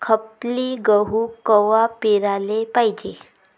खपली गहू कवा पेराले पायजे?